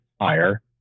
higher